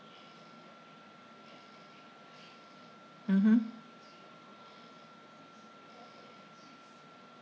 mmhmm